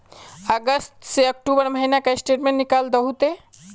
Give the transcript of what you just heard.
अगस्त से अक्टूबर महीना का स्टेटमेंट निकाल दहु ते?